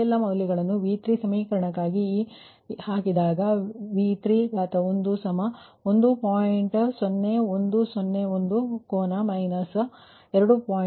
ಇದು ಮೊದಲ ಪುನರಾವರ್ತನೆಯ ನಂತರ ಈಗ ನೀವು ಮಾಡಬೇಕಾಗಿರುವುದು ಈಗ ಮತ್ತೆ ನೀವು ಮತ್ತೆ ಕಂಡುಹಿಡಿಯಬೇಕಾದ ಎರಡನೇ ಪುನರಾವರ್ತನೆಗಾಗಿ ನೀವು Q2 ಅನ್ನು ಲೆಕ್ಕಾಚಾರ ಮಾಡಬೇಕು ಮತ್ತು ಆ PV ಬಸ್ ವೋಲ್ಟೇಜ್ ಪರಿಮಾಣದ ನೈಜ ಭಾಗಕ್ಕೆ ನೀವು ತಿದ್ದುಪಡಿಗೆ ಹೋಗಬೇಕಾಗುತ್ತದೆ